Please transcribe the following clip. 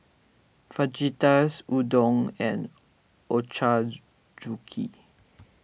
Fajitas Udon and